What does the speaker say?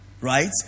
right